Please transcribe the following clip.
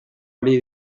ari